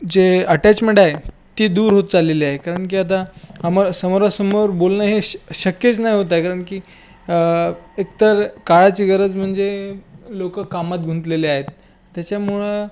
जी attachment आहे ती दूर होत चाललेली आहे कारण की आता अमोर समोरासमोर बोलणं हे शक शक्यच नाही होतंय कारण की एकतर काळाची गरज म्हणजे लोकं कामात गुंतलेले आहेत त्याच्यामुळं